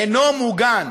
אינו מוגן.